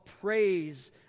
praise